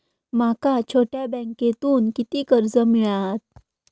माका छोट्या बँकेतून किती कर्ज मिळात?